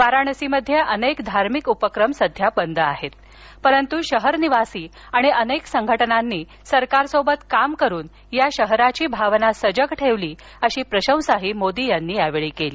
वाराणसीमध्ये अनेक धार्मिक उपक्रम सध्या बंद आहेत परंतु शहरनिवासी आणि अनेक संघटनांनी सरकारसोबत काम करुन या शहराची भावना सजग ठेवली अशी प्रशंसा मोदी यांनी या वेळी केली